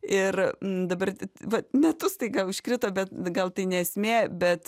ir dabar va metus staiga užkrito bet gal tai ne esmė bet